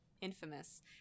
Infamous